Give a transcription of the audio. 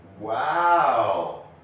Wow